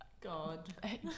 god